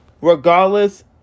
regardless